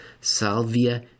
salvia